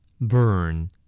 burn